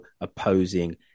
opposing